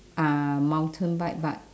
ah mountain bike but